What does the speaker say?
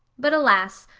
but alas,